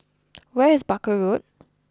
where is Barker Road